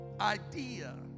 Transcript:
idea